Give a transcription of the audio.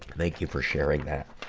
thank you for sharing that.